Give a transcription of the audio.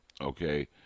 okay